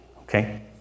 Okay